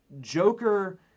Joker